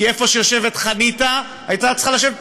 כי איפה שיושבת חניתה הייתה צריכה לשבת פלוגה,